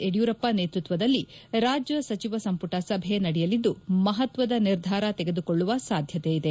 ಯದಿಯೂರಪ್ಪ ನೇತೃತ್ವದಲ್ಲಿ ರಾಜ್ಯ ಸಚಿವ ಸಂಪುಟ ಸಭೆ ನಡೆಯಲಿದ್ದು ಮಹತ್ವದ ನಿರ್ಧಾರ ತೆಗೆದುಕೊಳ್ಳುವ ಸಾಧ್ಯತೆ ಇದೆ